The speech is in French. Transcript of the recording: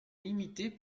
limitée